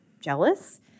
jealous